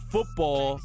Football